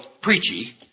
preachy